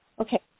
Okay